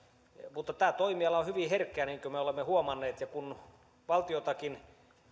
mutta tämä toimiala on hyvin herkkä niin kuin me olemme huomanneet ja kun valtiotakin